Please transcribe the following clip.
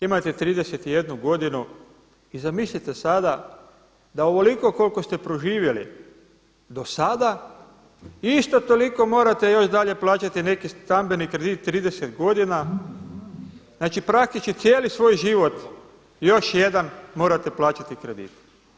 Imate 31 godinu i zamislite sada da ovoliko koliko ste proživjeli do sada isto toliko morate još dalje plaćati neki stambeni kredit 30 godina, znači praktički cijeli svoj život još jedan morate plaćati kredit.